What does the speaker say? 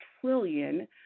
trillion